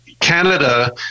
Canada